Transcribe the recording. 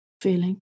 feeling